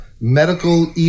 medical